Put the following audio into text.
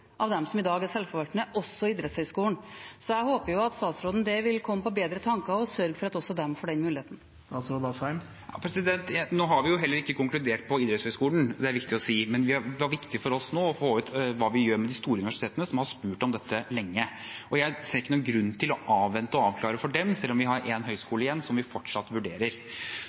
dem som i dag er sjølforvaltende, også Norges idrettshøgskole. Jeg håper at statsråden vil komme på bedre tanker og sørge for at også de får den muligheten. Vi har heller ikke konkludert når det gjelder Norges idrettshøgskole – det er det viktig å si – men det var viktig for oss nå å få ut hva vi vil gjøre med de store universitetene, som har spurt om dette lenge. Jeg ser ikke noen grunn til å avvente å avklare for dem selv om vi har én høyskole igjen som vi fortsatt vurderer.